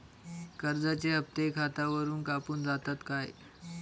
कर्जाचे हप्ते खातावरून कापून जातत काय?